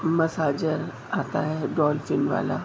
massager آتا ہے dolphin والا